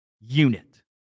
Unit